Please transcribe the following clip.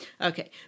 Okay